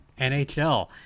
NHL